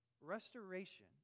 Restoration